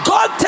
God